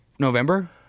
November